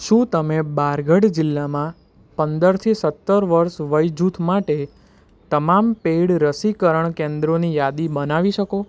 શું તમે બારગઢ જિલ્લામાં પંદરથી સત્તર વર્ષ વય જૂથ માટે તમામ પેઈડ રસીકરણ કેન્દ્રોની યાદી બનાવી શકો